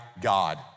God